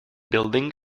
building